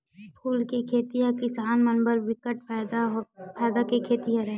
फूल के खेती ह किसान मन बर बिकट फायदा के खेती हरय